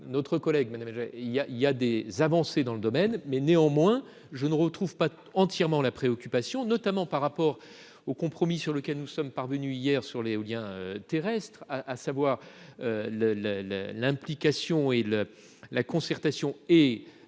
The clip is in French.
Madame il y a, il y a des avancées dans le domaine mais néanmoins je ne retrouve pas entièrement la préoccupation notamment par rapport au compromis, sur lequel nous sommes parvenus hier sur l'éolien terrestre à, à savoir le le le l'implication et le la concertation et